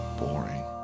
boring